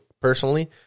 personally